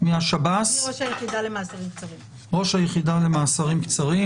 ראש היחידה למאסירם קצרים,